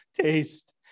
taste